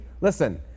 Listen